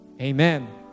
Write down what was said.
Amen